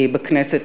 בכנסת,